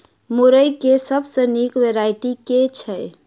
मुरई केँ सबसँ निक वैरायटी केँ छै?